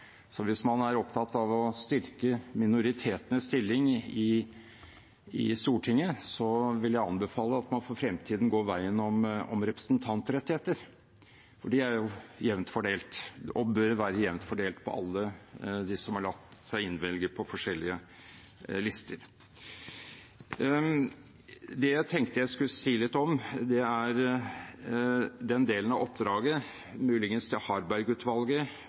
Hvis man er opptatt av å styrke minoritetenes stilling i Stortinget, vil jeg anbefale at man for fremtiden går veien om representantrettigheter, for de er jevnt fordelt og bør være jevnt fordelt på alle dem som har latt seg innvelge på forskjellige lister. Det jeg tenkte jeg skulle si litt om, er den delen av oppdraget – muligens